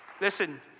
Listen